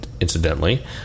Incidentally